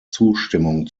zustimmung